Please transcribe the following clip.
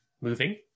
moving